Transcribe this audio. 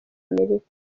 amerika